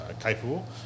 capable